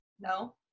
No